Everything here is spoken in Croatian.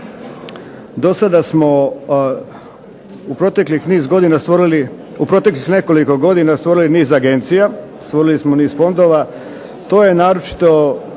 stvorili, u proteklih nekoliko godina stvorili niz agencija, stvorili smo niz fondova.